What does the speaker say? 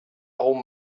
old